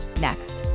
next